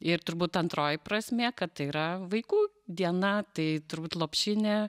ir turbūt antroji prasmė kad tai yra vaikų diena tai turbūt lopšinė